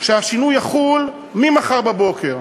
שהשינוי יחול ממחר בבוקר.